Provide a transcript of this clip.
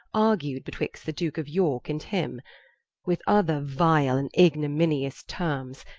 argu'd betwixt the duke of yorke, and him with other vile and ignominious tearmes.